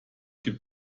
gibt